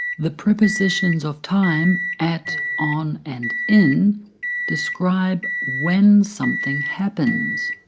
the prepositions of time at, on and in describe when something happens,